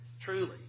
truly